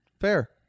Fair